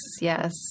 yes